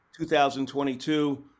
2022